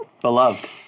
Beloved